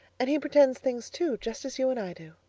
and he pretends things too, just as you and i do.